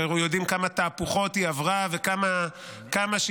אנו יודעים כמה תהפוכות היא עברה וכמה שינויים,